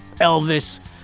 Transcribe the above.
Elvis